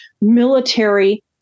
military